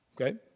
Okay